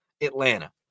Atlanta